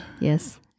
Yes